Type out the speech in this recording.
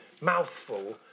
mouthful